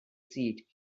seat